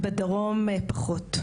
בדרום פחות.